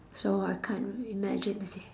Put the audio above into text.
so I can't imagine you see